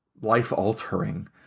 life-altering